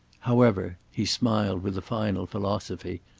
however, he smiled with a final philosophy,